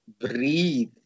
breathe